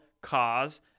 cause